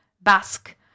Basque